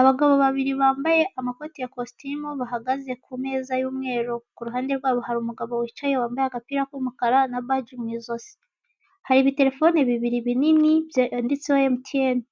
Abagabo babiri bambaye amakote ya kositime bahagaze ku meza y'umweru. Uruhande rwabo hari umugabo wicaye wambaye agapira k'umukara na baji mu ijosi. Hari ibiterefone bibiri binini byanditseho emutiyene